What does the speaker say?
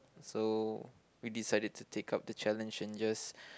so we decided to take up the challenge and just